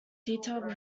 detailed